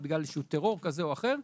בגלל טרור כזה או אחר.